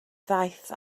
ddaeth